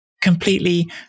completely